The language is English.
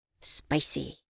Spicy